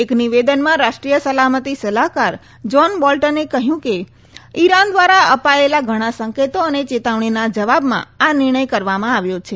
એક નિવેદનમાં રાષ્ટ્રીય સલામતી સલાહકાર જ્હોન બોલ્ટને કહ્યું કે ઈરાન દ્વારા અપાયેલા ઘણા સંકેતો અને ચેતવણીના જવાબમાં આ નિર્ણય કરવામાં આવ્યો છે